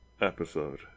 episode